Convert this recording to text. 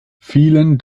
vielen